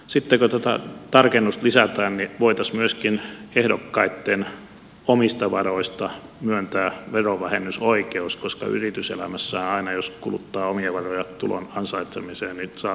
sitten kun tarkennusta lisätään niin voitaisiin myöskin ehdokkaitten omista varoista myöntää verovähennysoikeus koska yrityselämässähän aina jos kuluttaa omia varoja tulon ansaitsemiseen saa verovähennysoikeuden